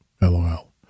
LOL